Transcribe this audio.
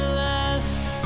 last